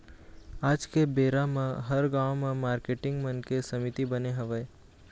आज के बेरा म हर गाँव म मारकेटिंग मन के समिति बने हवय